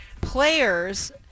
players